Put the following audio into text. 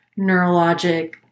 neurologic